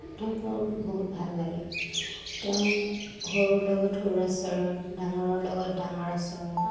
তেওঁক মোৰ বহুত ভাল লাগে তেওঁ সৰু লগত সৰু আচৰণ ডাঙৰৰ লগত ডাঙৰ আচৰণ